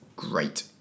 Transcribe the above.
great